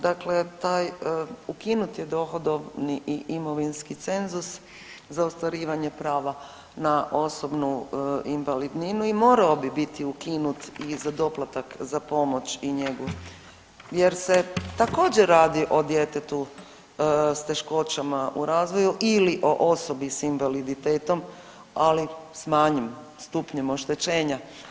Dakle, taj ukinuti dohodovni i imovinski cenzus za ostvarivanje prava na osobnu invalidninu i morao bi biti ukinut i za doplatak za pomoć i njegu jer se također radi o djetetu s teškoćama u razvoju ili o osobi s invaliditetom ali s manjim stupnjem oštećenja.